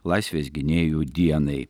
laisvės gynėjų dienai